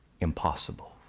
impossible